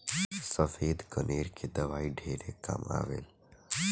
सफ़ेद कनेर के दवाई ढेरे काम आवेल